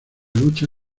lucha